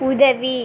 உதவி